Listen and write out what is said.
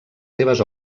seves